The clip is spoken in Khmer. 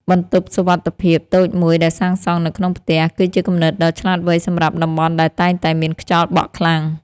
បន្ទប់សុវត្ថិភាពតូចមួយដែលសាងសង់នៅក្នុងផ្ទះ គឺជាគំនិតដ៏ឆ្លាតវៃសម្រាប់តំបន់ដែលតែងតែមានខ្យល់បក់ខ្លាំង។